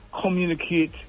communicate